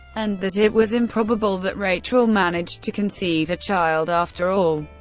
and that it was improbable that rachel managed to conceive a child after all.